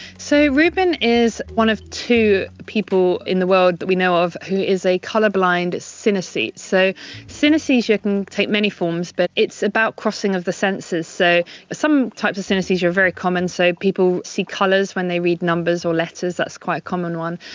so reuben is one of two people in the world that we know of who is a colour blind synaesthete. so synaesthesia can take many forms but it's about crossing of the senses. so some types of synaesthesia are very common so people see colours when they read numbers or letters that's quite a common one.